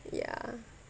yeah